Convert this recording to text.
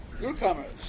newcomers